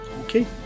Okay